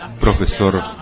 profesor